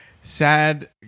sad